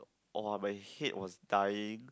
!wow! my head was dying